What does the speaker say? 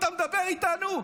אתה מדבר איתנו?